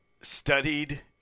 studied